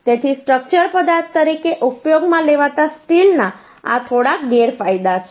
તેથી સ્ટ્રક્ચર પદાર્થ તરીકે ઉપયોગમાં લેવાતા સ્ટીલના આ થોડા ફાયદા ગેરફાયદા છે